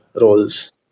roles